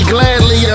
Gladly